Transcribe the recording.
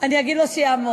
אני אגיד לו שיעמוד.